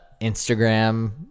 Instagram